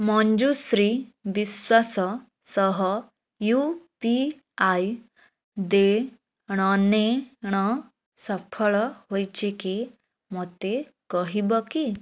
ମଞ୍ଜୁଶ୍ରୀ ବିଶ୍ୱାସ ସହ U P I ଦେଣ ନେଣ ସଫଳ ହୋଇଛି କି ମୋତେ କହିବ କି